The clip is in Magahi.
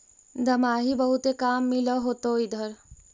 दमाहि बहुते काम मिल होतो इधर?